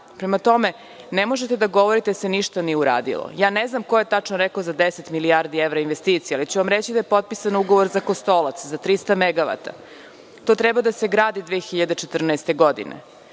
dalje. Prema tome, ne možete da govorite da se ništa nije uradilo. Ne znam ko je tačno rekao za 10 milijardi evra investicija, ali ću vam reći da je potpisan ugovor za Kostolac za 300 megavata. To treba da se gradi 2014. godine. Isto